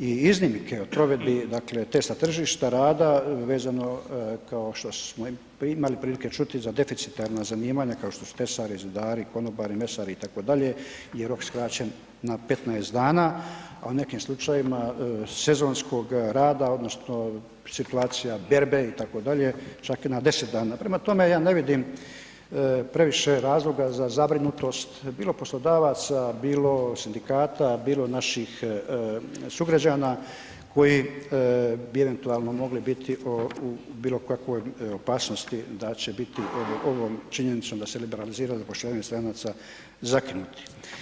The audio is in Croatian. i iznimke u provedbi dakle testa tržišta rada vezano kao što imali prilike čuti za deficitarna zanimanja kao što su tesari, zidari, konobari, mesari itd. je rok skraćen na 15 dana a u nekim slučajevima sezonskog rada odnosno situacija berbe itd., čak i na 10 dana, prema tome ja ne vidim previše razloga za zabrinutost bilo poslodavaca, bilo sindikata, bilo naših sugrađana koji bi eventualno mogli biti u bilokakvoj opasnosti da će biti ovom činjenicom da se liberalizira zapošljavanje stranaca zakinuti.